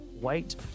white